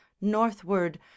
northward